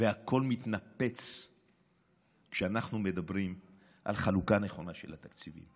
והכול מתנפץ כשאנחנו מדברים על חלוקה נכונה של התקציבים,